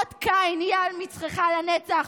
אות קין יהיה על מצחך לנצח,